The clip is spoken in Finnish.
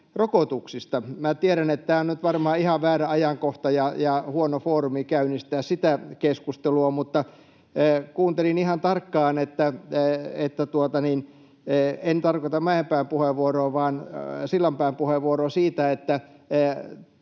tiedän, että nyt on varmaan ihan väärä ajankohta ja huono foorumi käynnistää sitä keskustelua, mutta kuuntelin ihan tarkkaan, että... En tarkoita Mäenpään puheenvuoroa vaan Sillanpään puheenvuoroa siitä, että